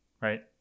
right